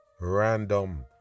random